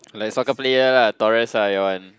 like Scorpio lah Taurus lah you want